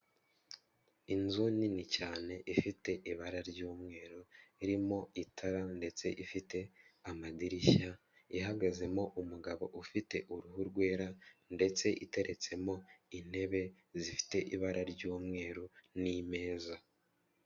Inzu nini cyane ifite ibara ry'umweru irimo itara ndetse ifite amadirishya, ihagazemo umugabo ufite uruhu rwera ndetse iteretsemo intebe zifite ibara ry'umweru n'imeza.